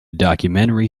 documentary